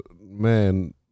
man